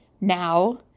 Now